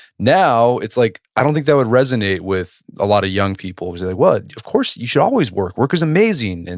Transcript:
now, it's like i don't think that would resonate with a lot of young people as it would. of course, you should always work. work is amazing. and